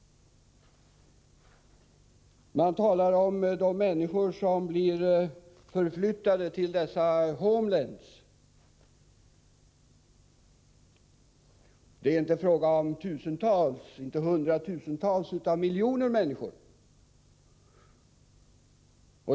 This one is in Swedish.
Man talar om de människor som blir förflyttade till dessa ”homelands”. Det är inte fråga om tusentals eller hundratusentals utan om miljoner människor.